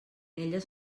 elles